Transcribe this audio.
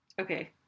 okay